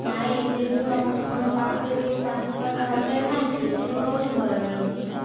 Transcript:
ନାହିଁ ସେହି ଯେଉଁ ତୁମ ପାଖରେ ଯେଉଁ ପାଞ୍ଚ ଛଅଟା ହୋଟେଲ ନାହିଁ କି ସେହିଠି କେଉଁଠି ଭଲ ମିଳୁଛି